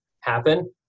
happen